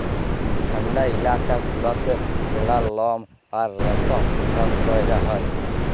ঠাল্ডা ইলাকা গুলাতে ভেড়ার লম আর রেশম চাষ ক্যরা হ্যয়